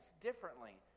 differently